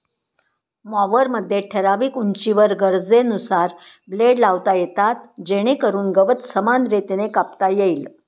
मॉवरमध्ये ठराविक उंचीवर गरजेनुसार ब्लेड लावता येतात जेणेकरून गवत समान रीतीने कापता येईल